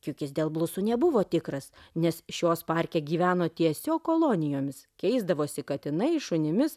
kiukis dėl blusų nebuvo tikras nes šios parke gyveno tiesiog kolonijomis keisdavosi katinai šunimis